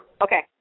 Okay